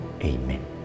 Amen